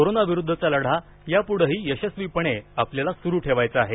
कोरोनाविरुद्धचा लढा यापुढेही यशस्वीपणे आपल्याला सुरु ठेवायचा आहे